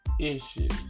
issues